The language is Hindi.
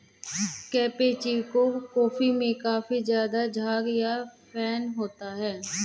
कैपेचीनो कॉफी में काफी ज़्यादा झाग या फेन होता है